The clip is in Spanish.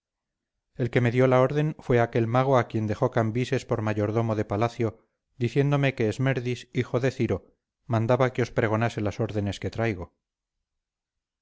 el que me dio la orden fue aquel mago a quien dejó cambises por mayordomo de palacio diciéndome que esmerdis hijo de ciro mandaba que os pregonase las órdenes que traigo